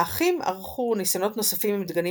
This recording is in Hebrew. האחים ערכו ניסיונות נוספים עם דגנים